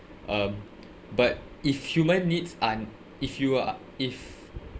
um but if human needs un~ if you are if